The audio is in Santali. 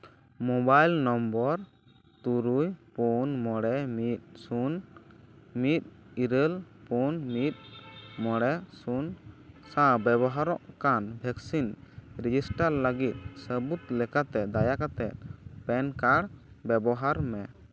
ᱢᱳᱵᱟᱭᱤᱞ ᱱᱚᱢᱵᱚᱨ ᱛᱩᱨᱩᱭ ᱯᱩᱱ ᱢᱚᱬᱮ ᱢᱤᱫ ᱥᱩᱱ ᱢᱤᱫ ᱤᱨᱟᱹᱞ ᱯᱩᱱ ᱢᱤᱫ ᱢᱚᱬᱮ ᱥᱩᱱ ᱥᱟᱶ ᱵᱮᱵᱚᱦᱟᱨᱚᱜ ᱠᱟᱱ ᱵᱷᱮᱠᱥᱤᱱ ᱨᱮᱡᱤᱥᱴᱟᱨ ᱞᱟᱹᱜᱤᱫ ᱥᱟᱹᱵᱩᱫ ᱞᱮᱠᱟᱛᱮ ᱫᱟᱭᱟ ᱠᱟᱛᱮ ᱯᱮᱱ ᱠᱟᱨᱰ ᱵᱮᱵᱚᱦᱟᱨ ᱢᱮ